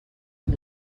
amb